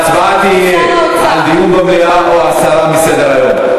ההצבעה תהיה על דיון במליאה או הסרה מסדר-היום.